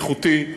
איכותי,